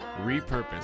repurpose